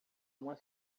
uma